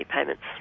payments